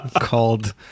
called